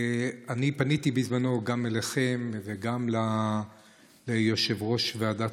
אני פניתי בזמנו גם אליכם וגם ליושב-ראש ועדת